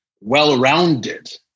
well-rounded